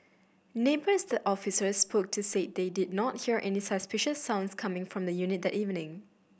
neighbours the officers spoke to said they did not hear any suspicious sounds coming from the unit that evening